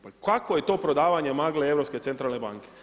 Pa kakvo je to prodavanje magle Europske centralne banke?